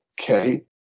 okay